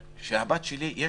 לבת שלי היה